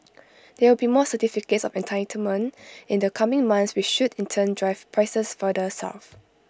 there will be more certificates of entitlement in the coming months which should in turn drive prices further south